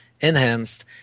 enhanced